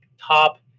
top